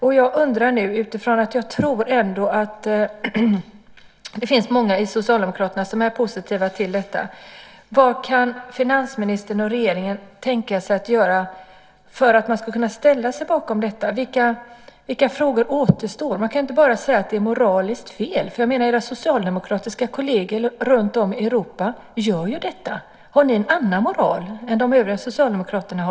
Utifrån att jag ändå tror att det finns många hos Socialdemokraterna som är positiva till detta undrar jag vad finansministern och regeringen kan tänka sig att göra för att man ska kunna ställa sig bakom detta. Vilka frågor återstår? Man kan inte bara säga att det är moraliskt fel, för era socialdemokratiska kolleger runtom i Europa har ju infört detta. Har ni en annan moral än de övriga socialdemokraterna?